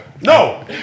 No